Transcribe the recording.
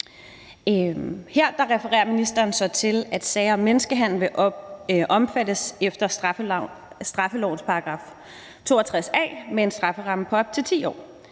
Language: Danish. Her refererer ministeren så til, at sager om menneskehandel vil omfattes efter straffelovens § 262 a med en strafferamme på op til 10 år.